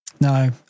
No